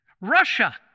Russia